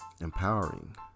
empowering